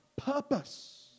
purpose